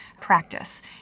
practice